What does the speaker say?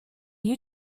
you